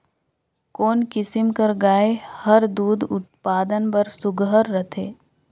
कोन किसम कर गाय हर दूध उत्पादन बर सुघ्घर रथे?